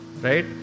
Right